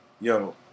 yo